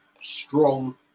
strong